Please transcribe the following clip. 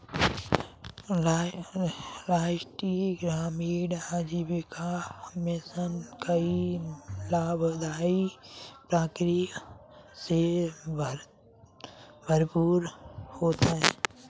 राष्ट्रीय ग्रामीण आजीविका मिशन कई लाभदाई प्रक्रिया से भरपूर होता है